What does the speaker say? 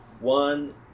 one